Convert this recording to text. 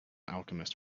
alchemist